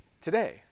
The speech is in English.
today